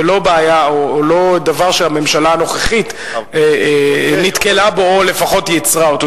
ולא דבר שהממשלה הנוכחית נתקלה בו או לפחות יצרה אותו.